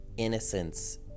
Innocence